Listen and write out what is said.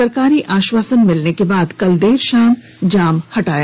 सरकारी आश्वासन मिलने के बाद कल देर शाम जाम हटा लिया गया